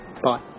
Bye